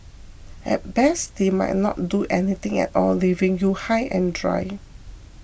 at best they might not do anything at all leaving you high and dry